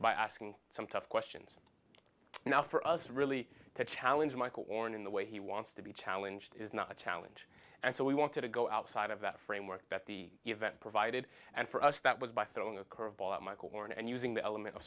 by asking some tough questions now for us really to challenge michael oren in the way he wants to be challenged is not a challenge and so we wanted to go outside of that framework that the event provided and for us that was by throwing a curveball at michael moore and using the element of